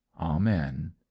Amen